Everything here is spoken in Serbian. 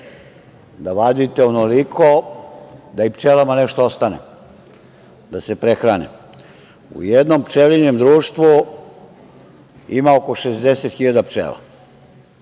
da vadite onoliko da i pčelama nešto ostane da se prehrane. U jednom pčelinjem društvu ima oko 60 hiljada pčela.